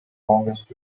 longest